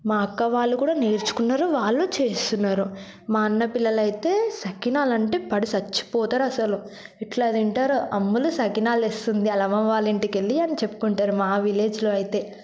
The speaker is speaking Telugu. మా అక్క వాళ్ళు కూడా నేర్చుకున్నారు వాళ్ళు చేస్తున్నారు మా అన్న పిల్లలైతే సకినాలాంటే పడే సచ్చిపోతారు అసలు ఎట్లా తింటారో అమ్ములు సకినాలు తెస్తుంది వాళ్ళ అమ్మమ్మ వాళ్ళ ఇంటికి వెళ్లి అని చెప్పుకుంటారు మా విలేజ్లో అయితే